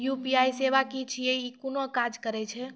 UPI सेवा की छियै? ई कूना काज करै छै?